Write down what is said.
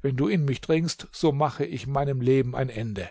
wenn du in mich dringst so mache ich meinem leben ein ende